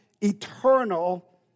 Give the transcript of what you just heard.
eternal